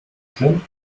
schlimm